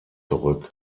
zurück